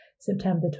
September